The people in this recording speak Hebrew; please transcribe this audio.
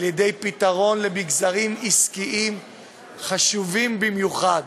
על פתרון למגזרים עסקיים חשובים במיוחד,